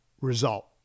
result